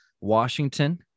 Washington